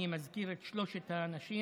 אני מזכיר את שלוש הנשים,